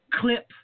clip